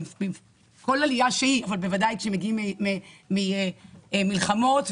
כל עלייה שהיא אבל בוודאי כשמגיעים ממלחמות ומירי,